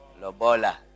Lobola